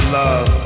love